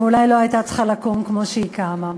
ואולי לא הייתה צריכה לקום כמו שהיא קמה.